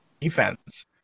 defense